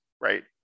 right